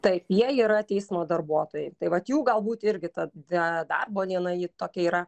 taip jie yra teismo darbuotojai tai vat jų galbūt irgi tada darbo diena ji tokia yra